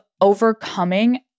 overcoming